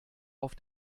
auf